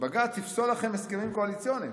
שבג"ץ יפסול לכם הסכמים קואליציוניים.